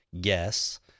guess